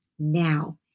Now